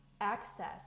access